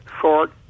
short